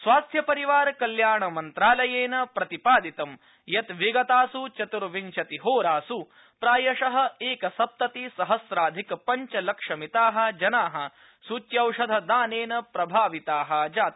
स्वास्थ्यपरिवार कल्याण मन्त्रालयेन प्रतिपादितम यत् विगतास् चतुर्विशतिहोरास्त प्रायश एकसप्तति सहस्राधिक पंचलक्षमिता जना सूच्यौषधदानेन प्रभाविता जाता